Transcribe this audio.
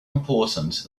important